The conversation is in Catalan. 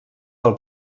del